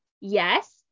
Yes